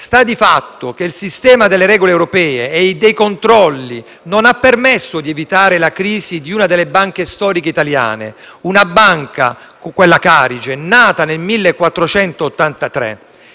Sta di fatto che il sistema delle regole europee e dei controlli non ha permesso di evitare la crisi di una delle banche storiche italiane, la Carige, nata nel 1483.